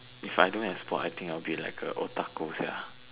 if I don't have sports I think I'll be like a otaku sia